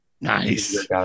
Nice